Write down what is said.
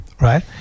right